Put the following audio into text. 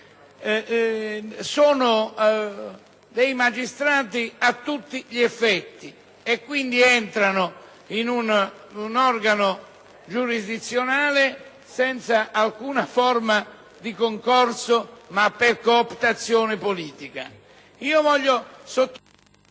veste di magistrati a tutti gli effetti e quindi entrano in un organo giurisdizionale senza alcuna forma di concorso, per cooptazione politica.